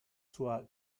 sua